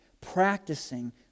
practicing